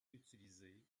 utilisés